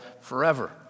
forever